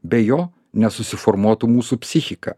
be jo nesusiformuotų mūsų psichika